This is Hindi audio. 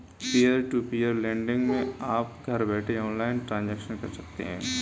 पियर टू पियर लेंड़िग मै आप घर बैठे ऑनलाइन ट्रांजेक्शन कर सकते है